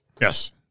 Yes